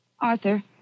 Arthur